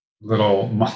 little